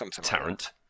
Tarrant